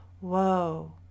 whoa